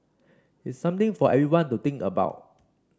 it's something for everyone to think about